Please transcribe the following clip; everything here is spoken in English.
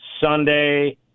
Sunday